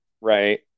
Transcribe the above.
right